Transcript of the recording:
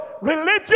religion